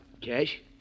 Cash